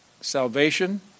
Salvation